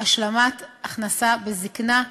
השלמת הכנסה וזיקנה,